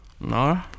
No